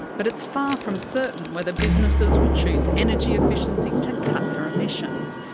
but it's far from certain whether businesses will choose energy efficiency to cut their emissions.